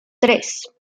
tres